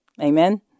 Amen